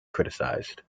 criticized